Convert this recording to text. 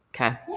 Okay